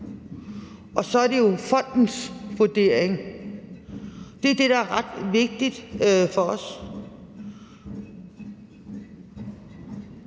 og så er det op til fondens vurdering. Det er det, der er ret vigtigt for os.